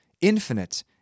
infinite